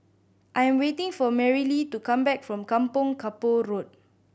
I am waiting for Marilee to come back from Kampong Kapor Road